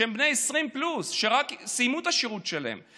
שהם בני 20 פלוס שרק סיימו את השירות שלהם,